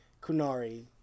Kunari